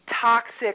toxic